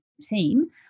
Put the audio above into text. team